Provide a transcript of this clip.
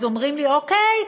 אומרים לי: אוקיי,